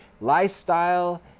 lifestyle